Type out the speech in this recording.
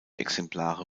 exemplare